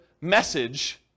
message